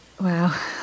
wow